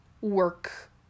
work